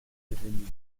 devenue